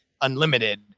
unlimited